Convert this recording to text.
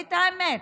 והאמת,